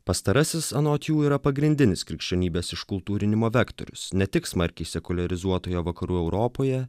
pastarasis anot jų yra pagrindinis krikščionybės iškultūrinimo vektorius ne tik smarkiai sekuliarizuotoje vakarų europoje